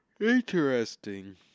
Interesting